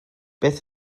beth